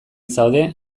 zaude